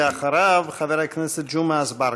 אחריו, חבר הכנסת ג'מעה אזברגה.